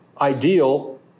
ideal